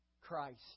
Christ